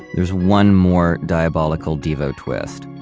there's one more diabolical devo twist.